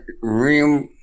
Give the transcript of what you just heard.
real